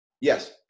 Yes